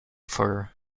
for